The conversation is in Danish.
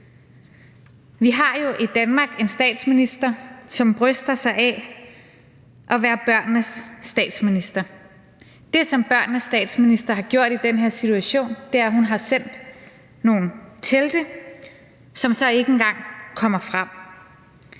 Vi har jo i Danmark en statsminister, som bryster sig af at være børnenes statsminister. Det, som børnenes statsminister har gjort i den her situation, er, at hun har sendt nogle telte, som så ikke engang kommer frem.